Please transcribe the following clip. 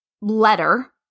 letter